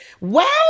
Wow